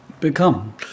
become